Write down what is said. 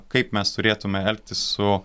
kaip mes turėtumėme elgtis su